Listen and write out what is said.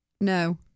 No